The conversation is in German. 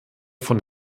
von